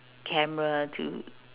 camera to